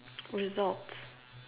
results